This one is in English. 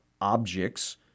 objects